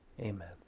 Amen